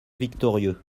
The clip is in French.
victorieux